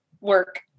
work